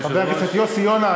חבר הכנסת יוסי יונה,